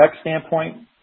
standpoint